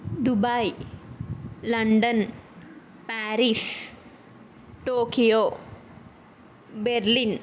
Dubai London Paris Tokyo Berlin